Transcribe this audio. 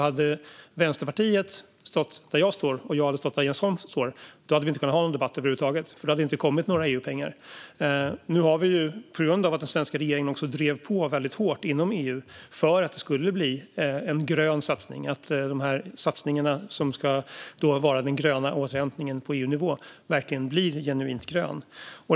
Om Vänsterpartiet hade stått där jag står, och jag hade stått där Jens Holm står, hade vi inte kunnat hålla en debatt över huvud taget. Då hade det inte kommit några EU-pengar. Tack vare att den svenska regeringen drev på hårt inom EU för att det skulle bli en grön satsning, satsningarna som ska vara den gröna återhämtningen på EU-nivå, blir återhämtningen genuint grön.